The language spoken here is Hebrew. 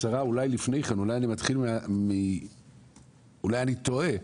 בקצרה אולי לפני כן, אולי אני טועה,